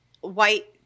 White